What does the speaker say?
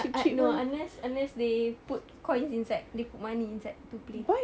un~ un~ no unless unless they put coins inside they put money inside to play